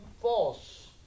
false